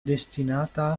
destinata